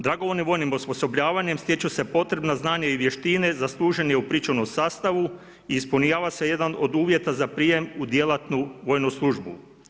Dragovoljnim vojnim osposobljavanjem stječu se potrebna znanja i vještine za služenje u pričuvnom sastavu i ispunjava se jedan od uvjeta za prijem u djelatnu vojnu službu.